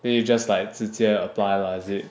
then you just like 直接 apply lah is it